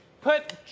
put